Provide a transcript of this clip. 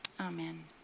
Amen